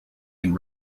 and